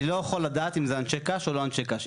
אני לא יכול לדעת אם זה אנשי קש או לא אנשי קש.